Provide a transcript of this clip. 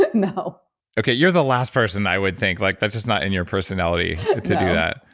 no okay. you're the last person i would think like that's just not in your personality to do that.